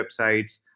websites